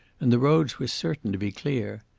and the roads were certain to be clear.